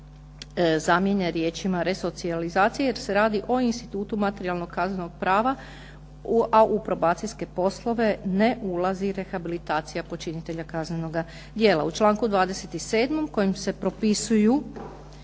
zamijene riječima resocijalizacije jer se radi o institutu materijalnog kaznenog prava a u probacijske poslove ne ulazi rehabilitacija počinitelja kaznenoga djela. U članku 27. kojim se propisuju